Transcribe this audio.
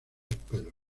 pelos